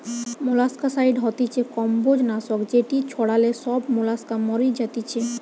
molluscicide হতিছে কম্বোজ নাশক যেটি ছড়ালে সব মোলাস্কা মরি যাতিছে